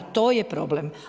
To je problem.